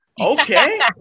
Okay